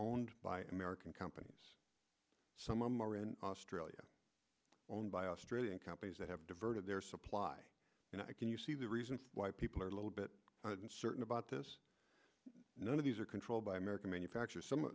owned by american companies some of them are in australia owned by australian companies that have diverted their supply and i can you see the reason why people are a little bit uncertain about this none of these are controlled by american manufacturers s